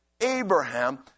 abraham